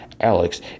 Alex